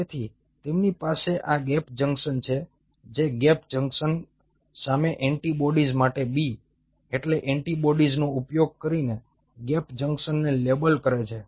તેથી તેમની પાસે આ ગેપ જંકશન છે જે ગેપ જંક્શન સામે એન્ટિબોડીઝ માટે B એટલે એન્ટિબોડીઝનો ઉપયોગ કરીને ગેપ જંક્શનને લેબલ કરે છે